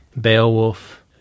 Beowulf